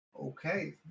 Okay